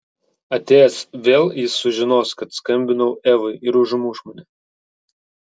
atėjęs vėl jis sužinos kad skambinau evai ir užmuš mane